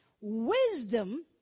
wisdom